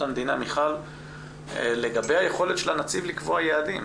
המדינה לגבי היכולת של הנציב לקבוע יעדים.